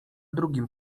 drugim